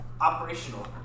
Operational